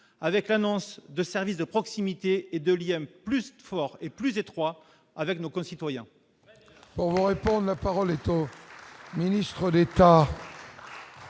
avec l'annonce de services de proximité et de Liam plus fort et plus étroit avec nos concitoyens.